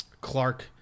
Clark